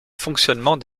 fonctionnement